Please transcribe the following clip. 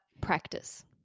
practice